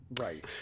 Right